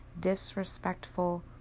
disrespectful